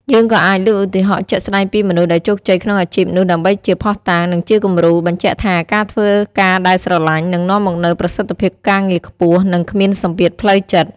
យើងក៏អាចលើកឧទាហរណ៍ជាក់ស្ដែងពីមនុស្សដែលជោគជ័យក្នុងអាជីពនោះដើម្បីជាភស្តុតាង និងជាគំរូ បញ្ជាក់ថាការធ្វើការដែលស្រឡាញ់ នឹងនាំមកនូវប្រសិទ្ធភាពការងារខ្ពស់ និងគ្មានសម្ពាធផ្លូវចិត្ត។